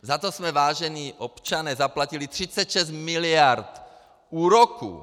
Za to jsme, vážení občané, zaplatili 36 mld. úroků!